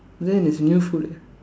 that is a new food ah